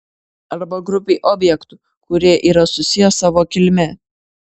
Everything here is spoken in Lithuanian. arba grupei objektų kurie yra susiję savo kilme